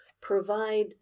provide